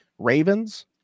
Ravens